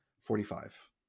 Forty-five